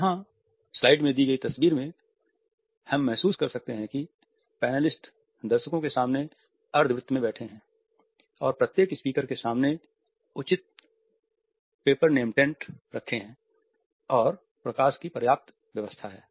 यहां दी गई तस्वीर में हम महसूस कर सकते हैं कि पैनलिस्ट दर्शकों के सामने अर्धवृत्त में बैठे है और प्रत्येक स्पीकर के सामने उचित "पेपर नेम टेंट" रखे हैं और प्रकाश व्यवस्था भी पर्याप्त है